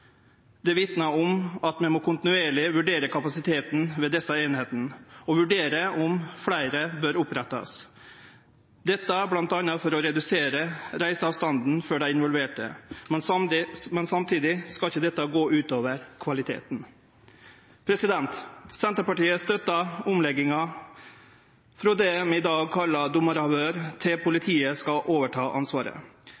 Det vitnar om at vi kontinuerleg må vurdere kapasiteten ved desse einingane og vurdere om ein bør opprette fleire, m.a. for å redusere reiseavstanden for dei involverte, men samtidig skal ikkje dette gå ut over kvaliteten. Senterpartiet støttar omlegginga frå det vi i dag kallar dommaravhøyr, til